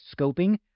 scoping